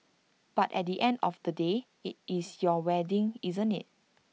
but at the end of the day IT is your wedding isn't IT